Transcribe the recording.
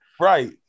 Right